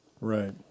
Right